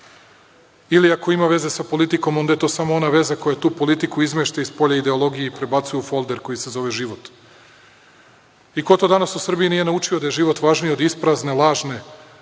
Ili ako ima veze sa politikom onda je to samo ona veza koju tu politiku izmešta iz polja ideologije i prebacuje u folder koji se zove život.I ko to danas u Srbiji nije naučio da je život važniji od isprazne, lažne,